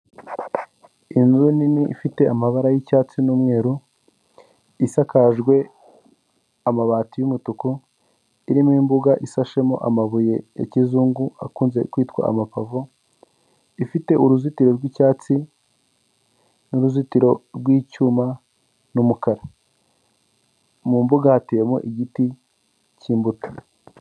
Inzu nini ifite amabara y'icyatsi n'umweru isakajwe amabati y'umutuku iri mu imbuga isashemo amabuye ya kizungu akunze kwitwa amapave, ifite uruzitiro r'yicyatsi n'uruzitiro rw'icyuma n'umukara mu mbuga hatemo igiti cy'imbuto.